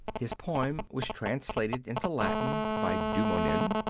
his poem was translated into latin by dumonin,